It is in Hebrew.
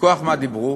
מכוח מה דיברו?